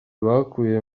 bakuye